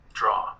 draw